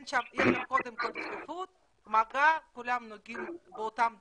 קודם כל צפיפות, מגע, כולם נוגעים באותם דברים.